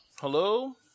Hello